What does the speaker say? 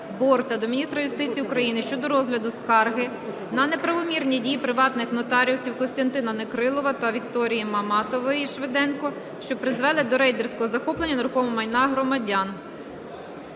Борта до міністра юстиції України щодо розгляду скарги на неправомірні дії приватних нотаріусів Костянтина Некрилова та Вікторії Маматової (Швиденко), що призвели до рейдерського захоплення нерухомого майна громадян.